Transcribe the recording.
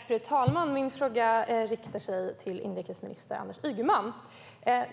Fru talman! Min fråga riktar sig till inrikesminister Anders Ygeman.